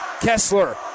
Kessler